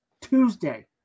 Tuesday